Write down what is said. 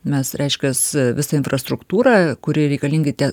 mes reiškias visą infrastruktūrą kuriai reikalingi tie